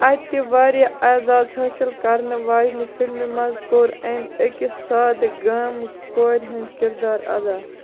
اَتہِ واریاہ اعزاز حٲصِل کَرنہٕ واجنہِ فِلمہِ منٛز کوٚر أمۍ أکِس سادٕ گٲمہٕ کورِ ہُنٛد کِردار اَدا